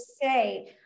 say